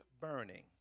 burning